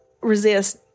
resist